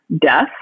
death